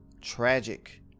tragic